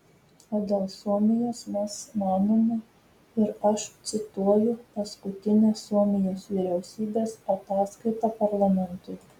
o dėl suomijos mes manome ir aš cituoju paskutinę suomijos vyriausybės ataskaitą parlamentui